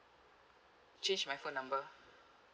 change my phone number